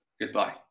goodbye